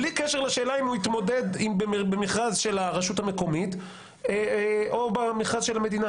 בלי קשר לשאלה אם הוא התמודד במכרז של הרשות המקומית או במכרז של המדינה